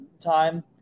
time